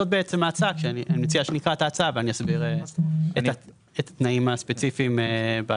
אני מציע שנקרא את ההצעה ואני אסביר את התנאים הספציפיים בה.